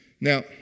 now